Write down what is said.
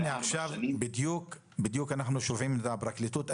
עכשיו אנחנו נשמע את נציגת הפרקליטות.